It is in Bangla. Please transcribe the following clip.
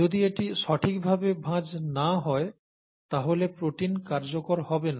যদি এটি সঠিকভাবে ভাঁজ না হয় তাহলে প্রোটিনটি কার্যকর হবে না